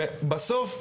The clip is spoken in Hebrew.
ובסוף,